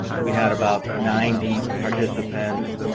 we had about ninety participants,